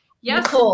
yes